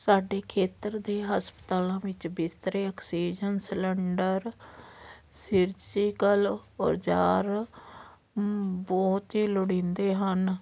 ਸਾਡੇ ਖੇਤਰ ਦੇ ਹਸਪਤਾਲਾਂ ਵਿੱਚ ਬਿਸਤਰੇ ਆਕਸੀਜਨ ਸਿਲੰਡਰ ਸਿਰਜੀਕਲ ਔਜ਼ਾਰ ਬਹੁਤ ਹੀ ਲੋੜੀਂਦੇ ਹਨ